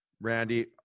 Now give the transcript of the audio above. Randy